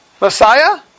Messiah